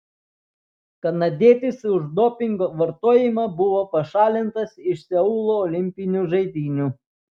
kanadietis už dopingo vartojimą buvo pašalintas iš seulo olimpinių žaidynių